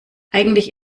eigentlich